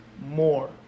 more